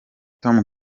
tom